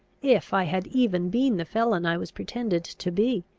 if i had even been the felon i was pretended to be.